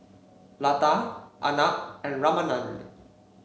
Lata Arnab and Ramanand